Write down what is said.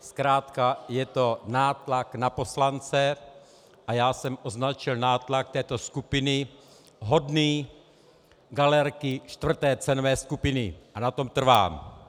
Zkrátka je to nátlak na poslance a já jsem označil nátlak této skupiny za hodný galerky 4. cenové skupiny a na tom trvám.